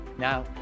Now